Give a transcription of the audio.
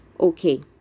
Okay